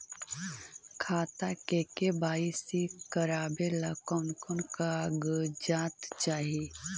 खाता के के.वाई.सी करावेला कौन कौन कागजात चाही?